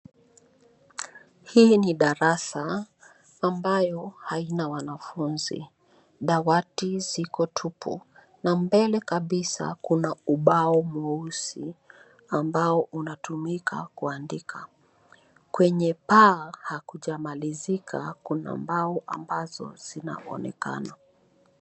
Hii ni darasa, ambayo haina mwanafunzi. Dawati ziko tupu, na mbele kabisa kuna ubao mweusi, ambao unatumika kuandika. Kwenye paa hakujamalizika, kuna mbao ambazo zinaonekana.